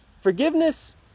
Forgiveness